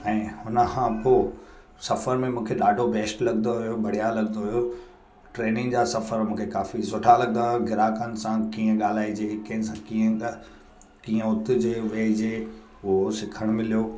ऐं हुन खां पोइ सफ़र में मूंखे ॾाढो बेस्ट लॻंदो हुओ बढ़िया लॻंदो हुओ ट्रेनिंग जा सफ़र मूंखे काफ़ी सुठा लॻंदा हुआ गिराकनि सां कीअं ॻाल्हाइजे कंहिंसां कीअं ॻाल्हि कीअं उथिजे वेहिजे उहो सिखणु मिलियो